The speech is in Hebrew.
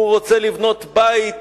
הוא רוצה לבנות בית